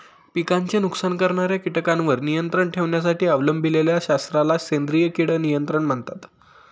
पिकांचे नुकसान करणाऱ्या कीटकांवर नियंत्रण ठेवण्यासाठी अवलंबिलेल्या शास्त्राला सेंद्रिय कीड नियंत्रण म्हणतात